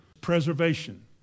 Preservation